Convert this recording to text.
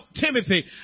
Timothy